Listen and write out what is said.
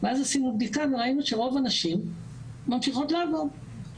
ואז עשינו בדיקה וראינו שרוב הנשים ממשיכות לעבוד.